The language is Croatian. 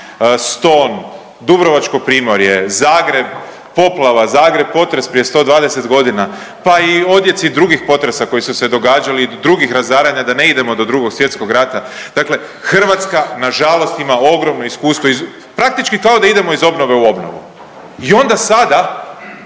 Ston, dubrovačko primorje, Zagreb poplava, Zagreb potres prije 120 godina, pa i odjeci drugih potresa koji su se događali i do drugih razaranja da ne idemo do Drugog svjetskog rata, dakle Hrvatska nažalost ima ogromno iskustvo iz, praktički kao da idemo iz obnove u obnovu. I onda sada